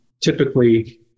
typically